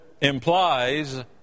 implies